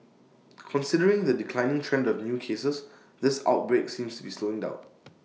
considering the declining trend of new cases this outbreak seems to be slowing down